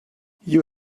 you